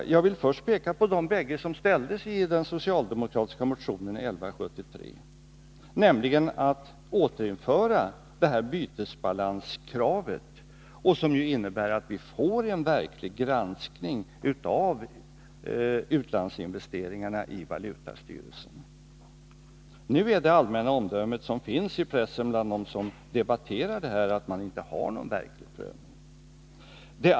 Först vill jag peka på de två som nämndes i den socialdemokratiska motionen 1173. I motionen framhölls att man borde återinföra bytesbalanskravet, som ju innebär att vi i valutastyrelsen får en verklig granskning av utlandsinvesteringarna. Bland dem som debatterar den här frågan i pressen är det allmänna omdömet att det nu inte sker någon verklig prövning.